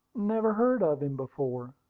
never heard of him before.